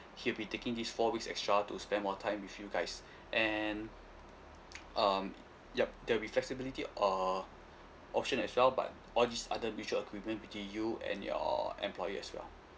he'll be taking this four weeks extra to spend more time with you guys and um ya there'll be flexibility uh option as well but all this under mutual agreement between you and your employer as well